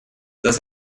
das